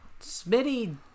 Smitty